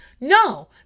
No